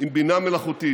עם בינה מלאכותית,